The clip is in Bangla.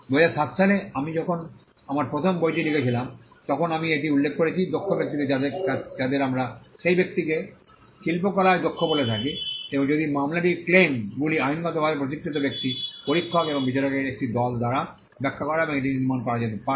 2007 সালে আমি যখন আমার প্রথম বইটি লিখেছিলাম তখন আমি এটি উল্লেখ করেছি দক্ষ ব্যক্তিদের যাদের আমরা সেই ব্যক্তিকে শিল্পকলায় দক্ষ বলে থাকি এবং যদি মামলাটির ক্লেম গুলি আইনগতভাবে প্রশিক্ষিত ব্যক্তি পরীক্ষক এবং বিচারকদের একটি দল দ্বারা ব্যাখ্যা করা এবং এটি নির্মাণ করা যেতে পারে